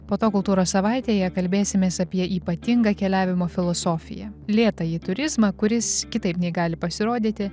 po to kultūros savaitėje kalbėsimės apie ypatingą keliavimo filosofiją lėtąjį turizmą kuris kitaip nei gali pasirodyti